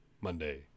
Monday